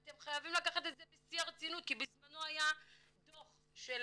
אתם חייבים לקחת את זה בשיא הרצינות כי בזמנו היה דו"ח של